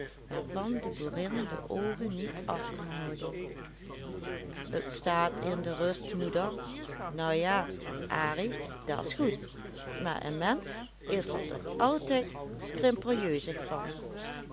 waarvan de boerin de oogen niet af kan houden t staat in de rust moeder nou ja arie da's goed maar een mensch is er toch altijd skrimpeljeuzig van